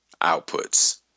outputs